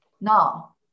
now